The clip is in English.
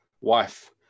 wife